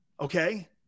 Okay